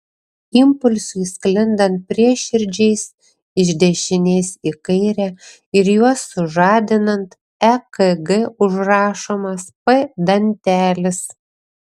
impulsui sklindant prieširdžiais iš dešinės į kairę ir juos sužadinant ekg užrašomas p dantelis